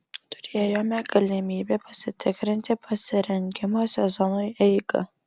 turėjome galimybę pasitikrinti pasirengimo sezonui eigą